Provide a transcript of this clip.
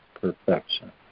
perfection